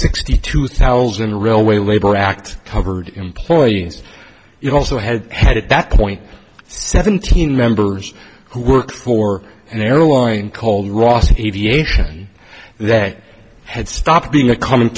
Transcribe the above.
sixty two thousand railway labor act covered employees you also had had at that point seventeen members who worked for a narrowing called ross aviation and that had stopped being a comm